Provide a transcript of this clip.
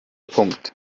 punkt